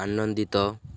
ଆନନ୍ଦିତ